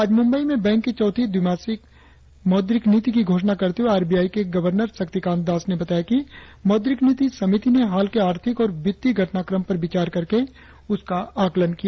आज मुंबई में बैंक की चौथी द्विमासिक मौद्रिक नीति की घोषणा करते हुए आर बी आई के गवर्नर शक्तिकांत दास ने बताया कि मौद्रिक नीति समिति ने हाल के आर्थिक और वित्तीय घटनाक्रम पर विचार करके उसका आकलन किया